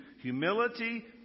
Humility